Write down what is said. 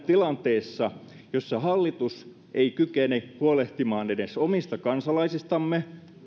tilanteessa jossa hallitus ei kykene huolehtimaan edes omista kansalaisistamme